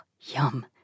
Yum